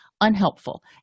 unhelpful